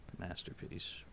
Masterpiece